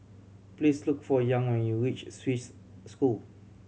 please look for Young when you reach Swiss School